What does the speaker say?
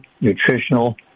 nutritional